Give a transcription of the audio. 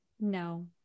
no